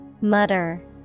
Mutter